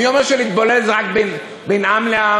מי אומר שלהתבולל זה רק בין עם לעם?